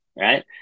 Right